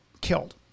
killed